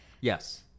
Yes